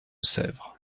sèvres